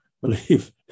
believe